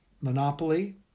Monopoly